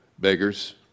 beggars